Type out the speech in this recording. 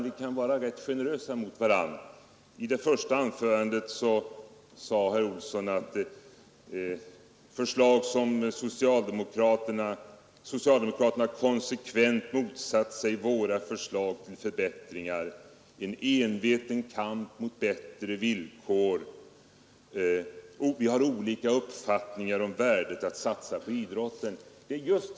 Vi kan vara generösa mot varandra. I det första anförandet sade herr Olsson att socialdemokraterna konsekvent hade motsatt sig oppositionens förslag till förbättringar, att socialdemokraterna för en enveten kamp mot bättre villkor för idrottsverksamheten, att vi har olika uppfattningar om värdet av att satsa på idrotten.